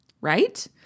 right